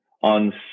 on